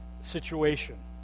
situation